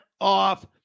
off